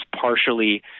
partially